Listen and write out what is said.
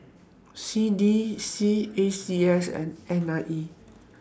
C D C A C S and N I E